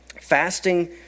fasting